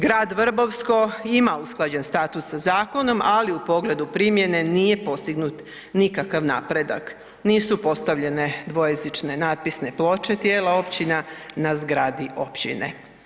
Grad Vrbovsko ima usklađen status sa zakonom ali u pogledu primjene, nije postignut nikakav napredak, nisu postavljene dvojezične natpisne ploče tijela općina na zgradi općine.